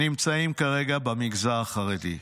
נמצאים כרגע במגזר החרדי.